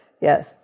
yes